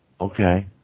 Okay